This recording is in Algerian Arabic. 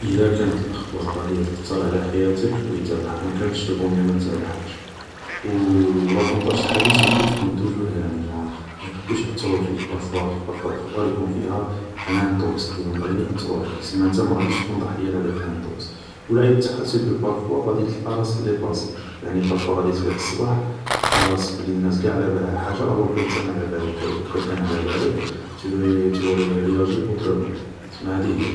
ايلا كانت الاخبار غاديا تاتر على حياتك, وي تابعها, ماكانتش فو ميو ماتبعهاش, و لافونطاج تاع هادي سيكو تكون توجور هاني جونغ مايقدروش ياترة فيك, بارفوا خاطش بارفوا الاخبار يكون فيها ان انتوكس لي راهم باغيين ياترو عليك, سما نتا ما غاديش تكون ضحية لهاداك لانتوكس, و العيب تاعها سيكو بارفوا غادي تلقا راسك ديباسي, يعني بارفوا غادي تفيق الصبح تلقا راسك بلي ناس قاع علابالها حاجة الور كو نتا ماعلبالكش, بالاك و كان كان علابالك تو اوري, تو اوري غيياجي اوترومون, هادي هي